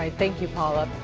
ah thank you, paula!